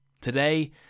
Today